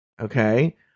Okay